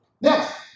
Next